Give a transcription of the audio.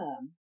term